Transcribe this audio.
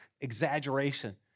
exaggeration